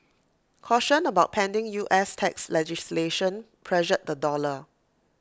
caution about pending U S tax legislation pressured the dollar